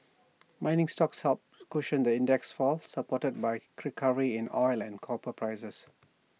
mining stocks helped cushion the index's fall supported by A recovery in oil and copper prices